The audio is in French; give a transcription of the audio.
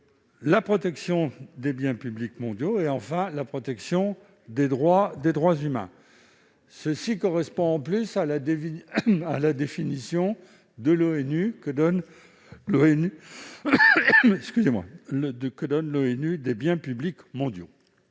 la protection des biens publics mondiaux et, enfin, la protection des droits des droits humains. Cela correspond, d'ailleurs, à la définition que donne l'ONU des biens publics mondiaux.